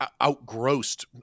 outgrossed